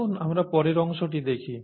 আসুন আমরা পরের অংশটি দেখি